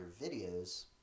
videos